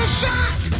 shock